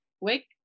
wake